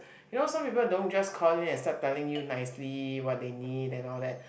you know some people don't just call in and start telling you nicely what they need and all that